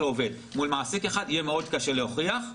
עובד מול מעסיק אחד יהיה מאוד קשה להוכיח.